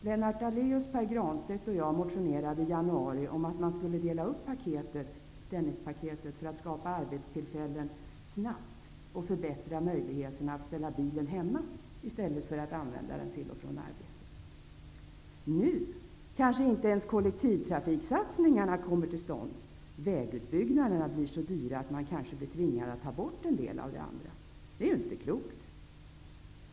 Lennart Daléus, Pär Granstedt och jag motionerade i januari om att man skulle dela upp Dennispaketet för att snabbt skapa arbetstillfällen och förbättra möjligheterna att ställa bilen hemma i stället för att använda den till och från arbetet. Nu kanske inte ens kollektivtrafiksatsningarna kommer till stånd. Vägutbyggnaderna blir så dyra att man kanske blir tvingad att ta bort en del av det andra. Det är ju inte klokt!